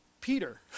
Peter